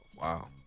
Wow